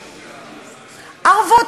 ערבות.